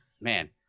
man